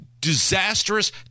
disastrous